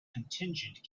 contingent